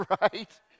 right